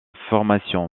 formation